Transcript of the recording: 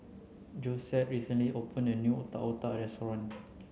Josette recently opened a new Otak Otak restaurant